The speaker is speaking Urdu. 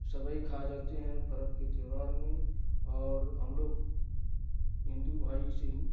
سوئی کھائے جاتے ہیں پرب کے تہوار میں اور ہم لوگ ہندو بھائی سے